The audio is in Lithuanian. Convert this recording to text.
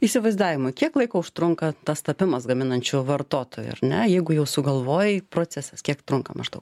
įsivaizdavimau kiek laiko užtrunka tas tapimas gaminančiu vartotoju ar ne jeigu jau sugalvojai procesas kiek trunka maždaug